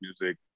music